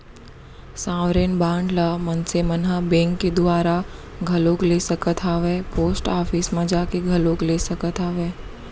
sovereign bond ल मनसे मन ह बेंक के दुवारा घलोक ले सकत हावय पोस्ट ऑफिस म जाके घलोक ले सकत हावय